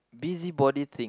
busybody thing